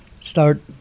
start